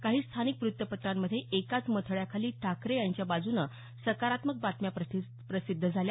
काही स्थानिक वृत्तपत्रांमध्ये एकाच मथळ्याखाली ठाकरे यांच्याबाजूने सकारात्मक बातम्या प्रसिद्ध झाल्या